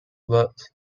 works